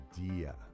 idea